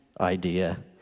idea